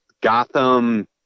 Gotham